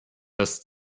das